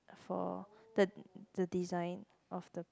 for the the design of the